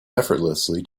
effortlessly